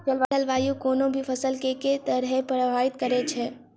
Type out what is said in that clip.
जलवायु कोनो भी फसल केँ के तरहे प्रभावित करै छै?